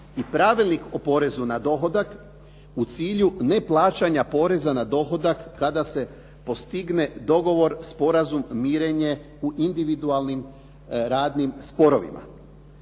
i Pravilnik o porezu na dohodak u cilju neplaćanja poreza na dohodak kada se postigne dogovor, sporazum, mirenje u individualnim radnim sporovima.